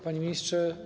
Panie Ministrze!